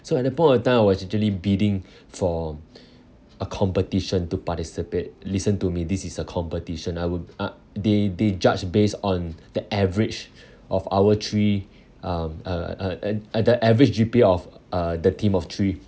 so at that point of time I was actually bidding for a competition to participate listen to me this is a competition I would uh they they judged based on the average of our three um uh uh at at the average G_P of uh the team of three